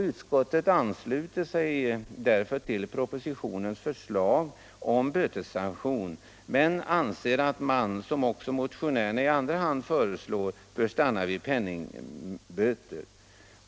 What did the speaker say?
Utskottet ansluter sig därför till propositionens förslag om straffsanktion, men anser att man, som motionärerna i andra hand föreslår, bör stanna vid penningböter.